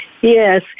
Yes